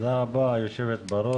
תודה רבה היו"ר,